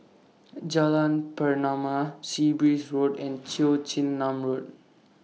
Jalan Pernama Sea Breeze Road and Cheong Chin Nam Road